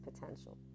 potential